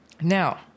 Now